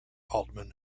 altman